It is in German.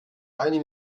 eine